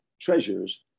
treasures